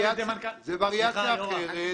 על ידי מנכ"ל --- זו וריאציה אחרת.